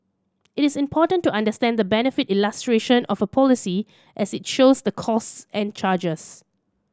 it is important to understand the benefit illustration of a policy as it shows the costs and charges